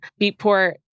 Beatport